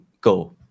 go